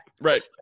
Right